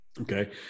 okay